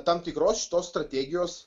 tam tikros šitos strategijos